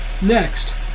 next